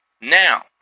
Now